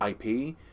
IP